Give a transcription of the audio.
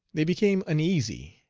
they became uneasy,